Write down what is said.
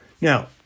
Now